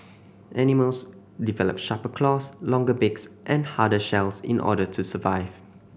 animals develop sharper claws longer beaks and harder shells in order to survive